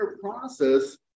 process